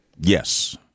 Yes